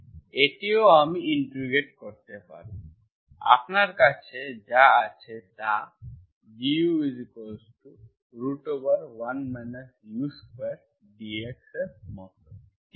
এটিও আমি ইন্টিগ্রেট করতে পারি আপনার কাছে যা আছে তা du 1 u2 dx মতো কিছু